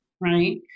Right